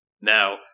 Now